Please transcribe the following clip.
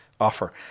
offer